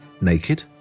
Naked